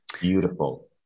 Beautiful